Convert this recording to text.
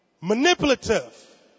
manipulative